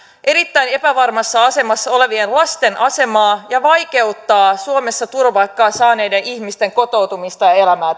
erittäin epävarmassa asemassa olevien lasten asemaa ja vaikeuttaa suomessa turvapaikan saaneiden ihmisten kotoutumista ja elämää